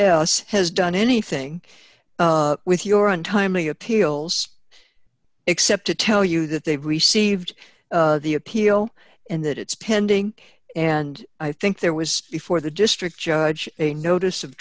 else has done anything with your untimely appeals except to tell you that they've received the appeal and that it's pending and i think there was before the district judge a notice of